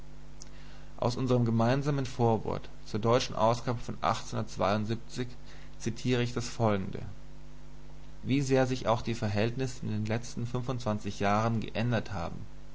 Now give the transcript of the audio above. aus unserem gemeinsamen vorwort zur deutschen ausgabe von zitiere ich das folgende wie sehr sich auch die verhältnisse in den letzten fünfundzwanzig jahren geändert haben